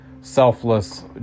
selfless